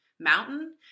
mountain